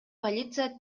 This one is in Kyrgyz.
полиция